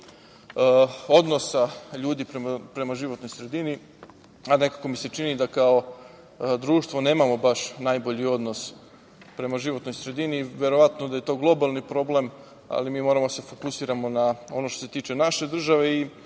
odnosa ljudi prema životnoj sredini, a nekako mi se čini da kao društvo nemamo baš najbolji odnos prema životnoj sredini. Verovatno da je to globalni problem, ali mi moramo da se fokusiramo na ono što se tiče naše države.